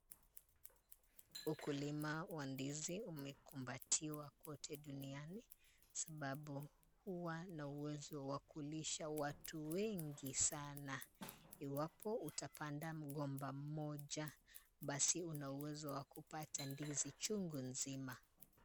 Ukulima wa ndizi umekumbatiwa kote duniani, kwa sababu huwa na uwezo wa kulisha watu wengi sana. Iwapo utapanda mgomba mmoja, basi una uwezo wa kupata ndizi chungu nzima.